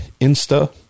insta